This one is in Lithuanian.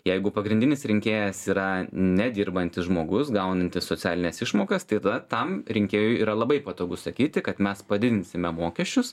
jeigu pagrindinis rinkėjas yra nedirbantis žmogus gaunantis socialines išmokas tai tada tam rinkėjui yra labai patogu sakyti kad mes padidinsime mokesčius